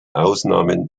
ausnahmen